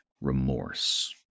remorse